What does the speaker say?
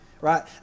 Right